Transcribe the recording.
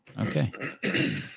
okay